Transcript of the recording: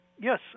Yes